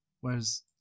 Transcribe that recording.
Whereas